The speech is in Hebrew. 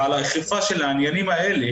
ועל האכיפה של העניינים האלה,